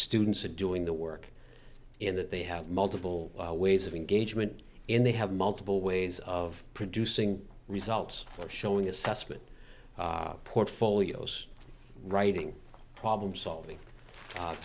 students are doing the work in that they have multiple ways of engagement and they have multiple ways of producing results for showing assessment portfolios writing problem solving